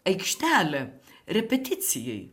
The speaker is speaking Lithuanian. aikštelė repeticijai